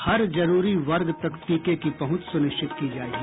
हर जरूरी वर्ग तक टीके की पहुंच सुनिश्चित की जायेगी